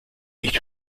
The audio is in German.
nicht